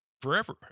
forever